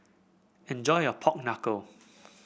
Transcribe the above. enjoy your Pork Knuckle